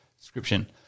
Description